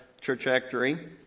trajectory